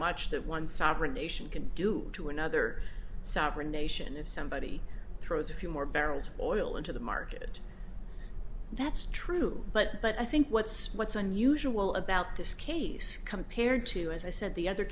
much that one sovereign nation can do to another sovereign nation if somebody throws a few more barrels of oil into the market that's true but but i think what's what's unusual about this case compared to as i said the other